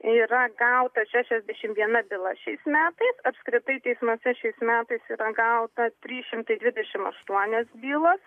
yra gauta šešiasdešimt viena byla šiais metais apskritai teismuose šiais metais gauta trys šimtai dvidešimt aštuonios bylos